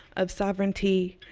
of sovereignty,